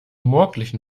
morgendlichen